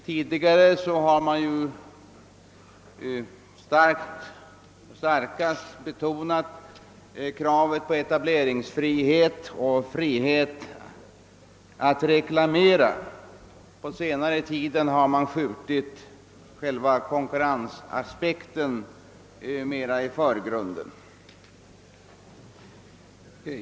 Tidigare har de starkast betonat kravet på etableringsfrihet och frihet att göra reklam; på senare tid har de skjutit själva konkurrensaspekten mer i förgrunden.